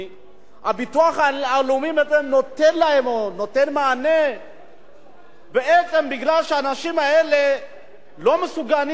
הביטוח הלאומי נותן מענה בעצם מפני שהאנשים האלה לא מסוגלים להשיג